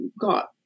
got